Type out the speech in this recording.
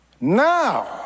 Now